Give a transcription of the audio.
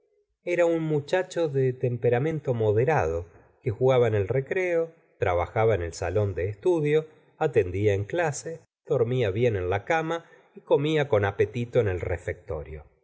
era un muchacho de temperamento moderado que jugaba en el recreo trabajaba en el salón de estudio atendía en clase dormía bien en la cama y comía con apetito en el refectorio